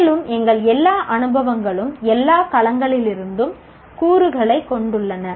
மேலும் எங்கள் எல்லா அனுபவங்களும் எல்லா களங்களிலிருந்தும் கூறுகளைக் கொண்டுள்ளன